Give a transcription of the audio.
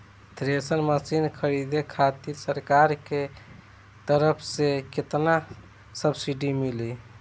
Thresher machine खरीदे खातिर सरकार के तरफ से केतना सब्सीडी मिली?